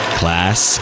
class